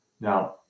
Now